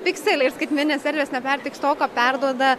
pikseliai ir skaitmeninės erdvės neperteiks to ką perduoda